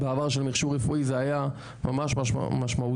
--- של מכשור רפואי זה היה ממש משמעותי,